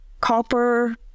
copper